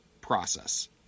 process